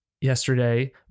yesterday